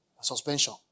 Suspension